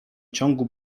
ciągu